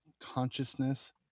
consciousness